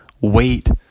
wait